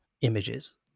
images